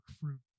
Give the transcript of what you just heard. fruit